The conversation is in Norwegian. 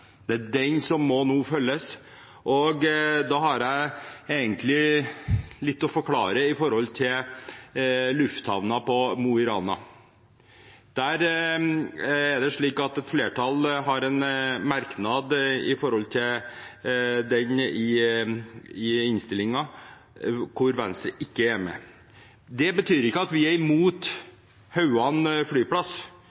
den – må følges nå, og da har jeg egentlig litt å forklare når det gjelder lufthavnen på Mo i Rana. Et flertall har en merknad om den i innstillingen, hvor Venstre ikke er med. Det betyr ikke at vi er imot